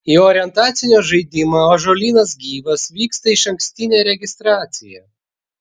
į orientacinio žaidimą ąžuolynas gyvas vyksta išankstinė registracija